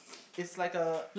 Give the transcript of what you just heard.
it's like a